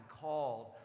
called